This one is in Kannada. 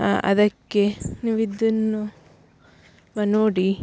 ಅದಕ್ಕೆ ನೀವಿದನ್ನು ನೋಡಿ